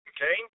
Okay